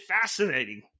fascinating